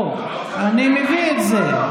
אני מביא את זה.